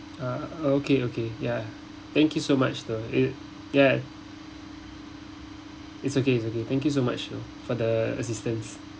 err okay okay ya thank you so much though err ya it's okay it's okay thank you so much though for the assistance